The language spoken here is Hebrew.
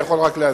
אני יכול להסביר,